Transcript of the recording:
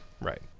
Right